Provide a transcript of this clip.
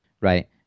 Right